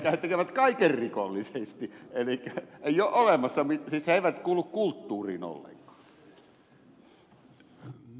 he tekevät kaiken rikollisesti elikkä eivät siis kuulu kulttuuriin ollenkaan